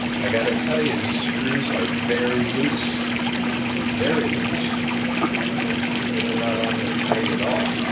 i gotta tell you these screws are very loose very loose there's they were not on there tight at all